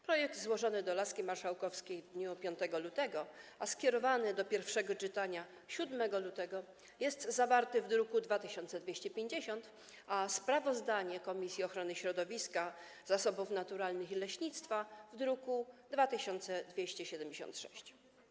Projekt, złożony do laski marszałkowskiej w dniu 5 lutego, a skierowany do pierwszego czytania 7 lutego, jest zawarty w druku nr 2250, a sprawozdanie Komisji Ochrony Środowiska, Zasobów Naturalnych i Leśnictwa - w druku nr 2276.